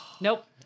Nope